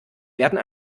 werden